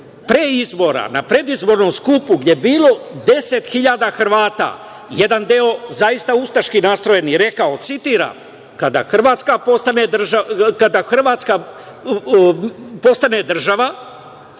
pre izbora, na predizbornom skupu gde je bilo 10.000 Hrvata, jedan deo zaista ustaški nastrojen, rekao, citiram: „Kada Hrvatska postane država,